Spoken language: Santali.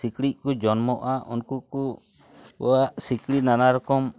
ᱥᱤᱠᱲᱤᱡ ᱠᱚ ᱡᱚᱱᱢᱚᱜᱼᱟ ᱩᱱᱠᱩ ᱠᱚ ᱠᱚᱣᱟ ᱥᱤᱠᱲᱤᱡ ᱱᱟᱱᱟ ᱨᱚᱠᱚᱢ